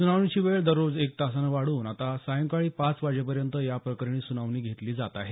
सुनावणीची वेळ दररोज एक तासाने वाढवून आता सायंकाळी पाच वाजेपर्यंत या प्रकरणी सुनावणी घेतली जात आहे